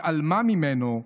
שהתעלמה ממנו,